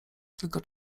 tylko